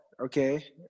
okay